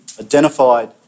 identified